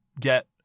get